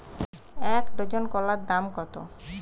এক ডজন কলার দাম কত?